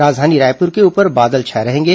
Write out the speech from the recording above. राजधानी रायपुर के ऊपर बादल छाए रहेंगे